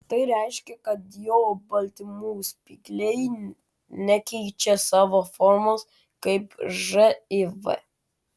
tai reiškia kad jo baltymų spygliai nekeičia savo formos kaip živ